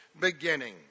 beginning